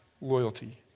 loyalty